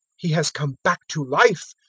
he has come back to life.